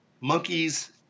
monkeys